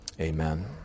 amen